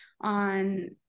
on